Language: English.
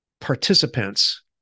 participants